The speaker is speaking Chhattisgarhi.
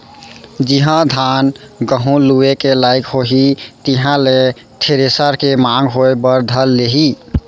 जिहॉं धान, गहूँ लुए के लाइक होही तिहां ले थेरेसर के मांग होय बर धर लेही